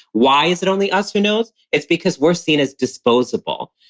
why is it only us who knows? it's because we're seen as disposable.